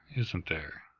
isn't there,